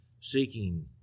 seeking